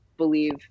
believe